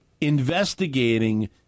investigating